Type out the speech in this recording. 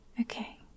Okay